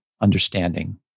understanding